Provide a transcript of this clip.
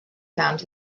found